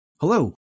Hello